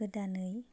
गोदानै